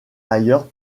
ailleurs